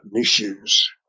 issues